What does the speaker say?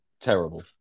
terrible